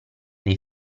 dei